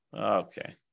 Okay